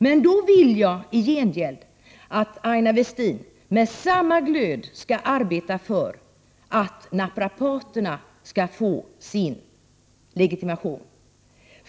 Men då vill jag att Aina Westin i gengäld med samma glöd arbetar för att naprapaterna skall få sin legitimation.